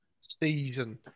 season